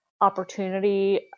Opportunity